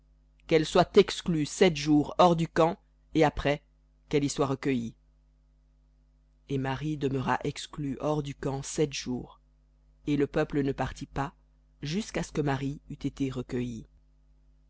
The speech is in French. qu'elle soit exclue sept jours hors du camp et après qu'elle y soit recueillie et marie demeura exclue hors du camp sept jours et le peuple ne partit pas jusqu'à ce que marie eût été recueillie